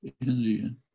Indian